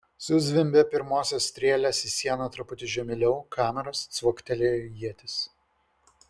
suzvimbė pirmosios strėlės į sieną truputį žemėliau kameros cvaktelėjo ietis